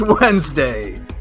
Wednesday